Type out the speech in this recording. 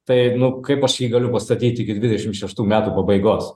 tai nu kaip aš jį galiu pastatyt iki dvidešimt šeštų metų pabaigos